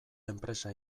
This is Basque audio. enpresa